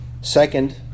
Second